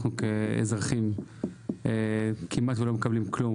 אנחנו כאזרחים כמעט ולא מקבלים כלום,